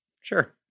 Sure